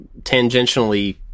tangentially